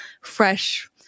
fresh